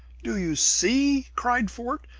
do you see? cried fort,